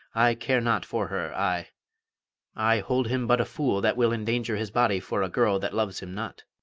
i care not for her, i i hold him but a fool that will endanger his body for a girl that loves him not.